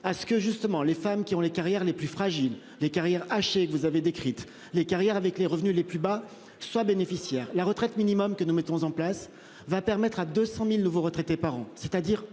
à ce que justement les femmes qui ont les carrières les plus fragiles des carrières hachées que vous avez décrite les carrières avec les revenus les plus bas soit bénéficiaire la retraite minimum que nous mettons en place va permettre à 200.000 nouveaux retraités par an, c'est-à-dire